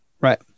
Right